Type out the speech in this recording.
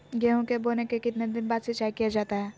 गेंहू के बोने के कितने दिन बाद सिंचाई किया जाता है?